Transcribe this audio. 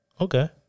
Okay